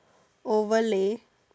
over lay